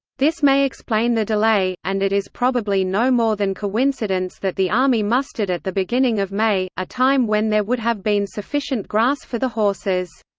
this may explain the delay, and it is probably no more than coincidence that the army mustered at the beginning of may, a time when there would have been sufficient grass for the horses.